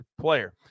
player